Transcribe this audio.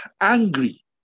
angry